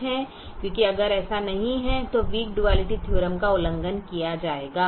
यह सच है क्योंकि अगर ऐसा नहीं है तो वीक डुआलिटी थीओरम का उल्लंघन किया जाएगा